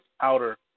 outer